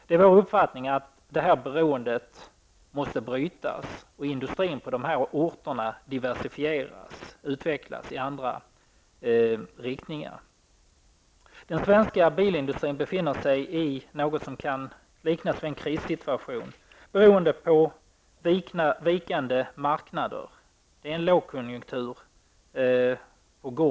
Det är vår uppfattning att detta beroende måste brytas och industrin på dessa orter diversifieras och utvecklas i andra riktningar. Den svenska bilindustrin befinner sig någonting som kan liknas vid en krissituation, beroende på vikande marknader. Det är en lågkonjunktur på gång.